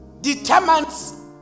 determines